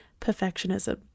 perfectionism